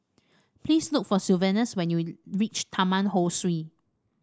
please look for Sylvanus when you reach Taman Ho Swee